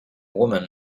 woman